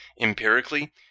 empirically